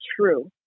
true